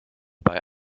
bei